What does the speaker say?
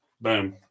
boom